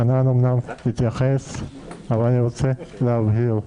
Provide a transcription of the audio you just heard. חנן אמנם התייחס אבל אני רוצה להבהיר: